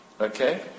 Okay